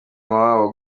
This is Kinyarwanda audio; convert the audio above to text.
wabo